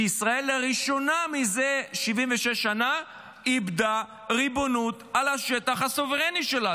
שישראל לראשונה זה 76 שנה איבדה ריבונות על השטח הסוברני שלה,